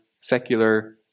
secular